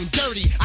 dirty